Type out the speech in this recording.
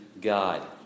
God